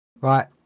Right